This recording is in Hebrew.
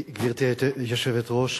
גברתי היושבת-ראש,